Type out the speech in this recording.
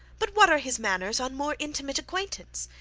but what are his manners on more intimate acquaintance?